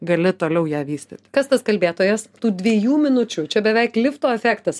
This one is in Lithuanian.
gali toliau ją vystyt kas tas kalbėtojas tų dviejų minučių čia beveik lifto efektas